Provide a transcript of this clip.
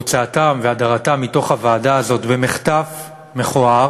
הוצאתם והדרתם מתוך הוועדה הזאת במחטף מכוער